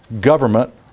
government